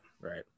right